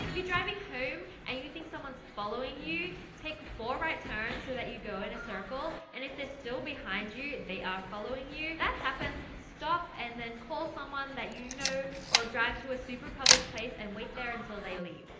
driving home, and you think someone's following you, take four right turns, so that you go in a circle, and if they're still behind you, they're ah following you, that happens, stop, and then, call someone, that you know, or drive to a super public place, and wait there until they leave,